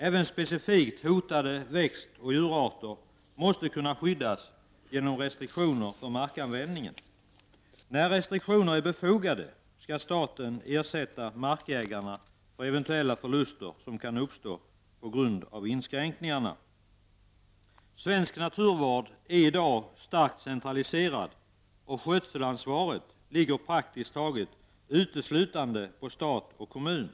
Även specifikt hotade växtoch djurarter måste kunna skyddas genom restriktioner för markanvändningen. När restriktionerna är befogade skall staten ersätta markägarna för eventuella förluster som kan uppstå på grund av inskränkningarna. Svensk naturvård är i dag starkt centraliserad, och skötselansvaret ligger praktiskt taget uteslutande på stat och kommun.